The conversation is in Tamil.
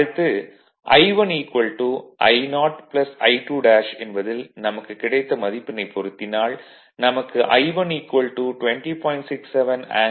அடுத்து I1 I0 I2 என்பதில் நமக்கு கிடைத்த மதிப்பினைப் பொருத்தினால் நமக்கு I1 20